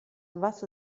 was